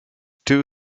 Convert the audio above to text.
two